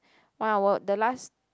one hour the last